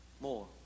more